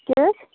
کیٛاہ حظ